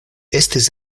estis